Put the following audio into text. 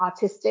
autistic